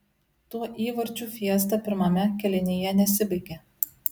tuo įvarčių fiesta pirmame kėlinyje nesibaigė